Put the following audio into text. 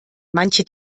manche